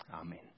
Amen